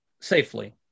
safely